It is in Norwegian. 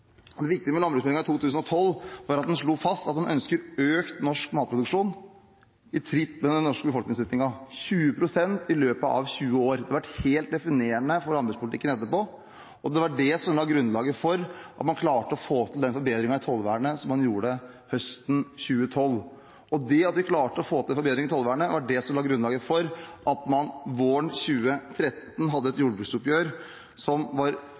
det viktige med den var at den slo fast at man ønsker økt norsk matproduksjon i takt med den norske befolkningsøkningen – 20 pst. i løpet av 20 år. Det har vært helt definerende for landbrukspolitikken etterpå, og det var det som la grunnlaget for at man klarte å få til den forbedringen i tollvernet som man gjorde høsten 2012. At vi klarte å få til en forbedring i tollvernet, la grunnlaget for at man våren 2013 hadde et jordbruksoppgjør som var